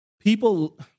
people